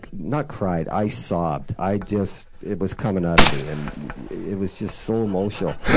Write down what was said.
not cried. i sobbed. i just it was coming out of me and it was just so emotional.